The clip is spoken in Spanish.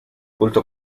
culto